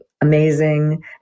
amazing